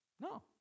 No